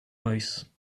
noise